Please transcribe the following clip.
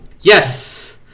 Yes